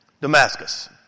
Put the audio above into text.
Damascus